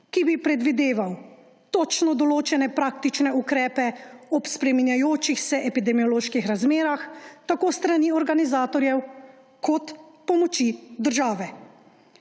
ki bi predvideval točno določene praktične ukrepe ob spreminjajočih se epidemioloških razmah tako s strani organizatorjev kot pomoči države.